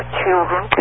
children